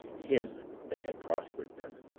him that had prospered them.